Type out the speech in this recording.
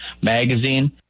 Magazine